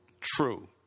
True